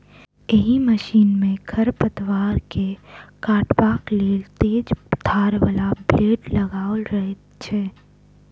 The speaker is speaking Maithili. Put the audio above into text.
एहि मशीन मे खढ़ पतवार के काटबाक लेल तेज धार बला ब्लेड लगाओल रहैत छै